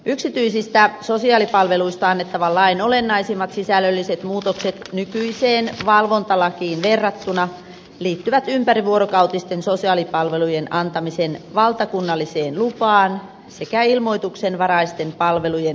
yksityisistä sosiaalipalveluista annettavan lain olennaisimmat sisällölliset muutokset nykyiseen valvontalakiin verrattuna liittyvät ympärivuorokautisten sosiaalipalvelujen antamisen valtakunnalliseen lupaan sekä ilmoitustenvaraisten palvelujen rekisteröintiin